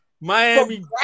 Miami